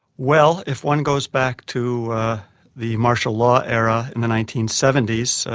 well if one goes back to the martial law era in the nineteen seventy s,